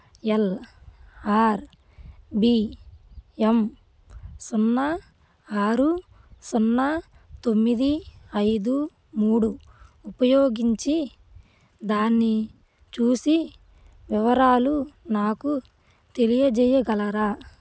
L R B M సున్నా ఆరు సున్నా తొమ్మిది ఐదు మూడు ఉపయోగించి దాన్ని చూసి వివరాలు నాకు తెలియజేయగలరా